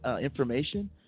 information